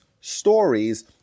stories